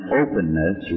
openness